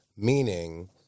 Meaning